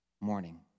morning